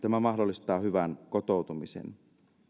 tämä mahdollistaa hyvän kotoutumisen